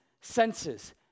senses